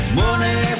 money